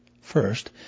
First